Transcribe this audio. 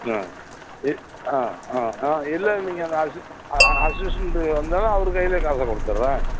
ஆ எப் ஆ ஆ ஆ இல்லை நீங்கள் அந்த அசிஸ் அசிஸ்டன்ட்டு வந்தாலும் அவர் கைலேயே காசை கொடுத்தர்றேன்